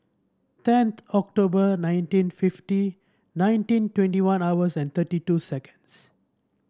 tenth October nineteen fifty nineteen twenty one hours and thirty two seconds